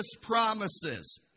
promises